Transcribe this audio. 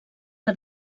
que